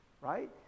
right